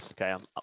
Okay